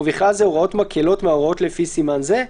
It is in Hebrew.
ובכלל זה הוראות מקילות מההוראות לפי סימן זה.